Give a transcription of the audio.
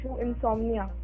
insomnia